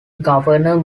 governor